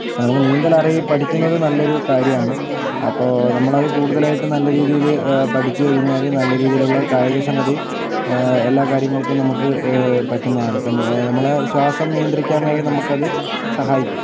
നമുക്ക് നീന്തല് അറീ പഠിക്കുന്നത് നല്ലൊരു കാര്യമാണ് അപ്പോൾ നമ്മളത് കൂടുതലായിട്ട് നല്ല രീതിയില് പഠിച്ചു കഴിഞ്ഞാല് നല്ല രീതിയിലുള്ള കായിക ക്ഷമതയും എല്ലാ കാര്യങ്ങൾക്കും നമുക്ക് പറ്റുന്നതാണ് ഇപ്പോൾ നമ്മളെ ശ്വാസം നിയന്ത്രിക്കാൻ വരെ നമുക്ക് അത് സഹായിക്കും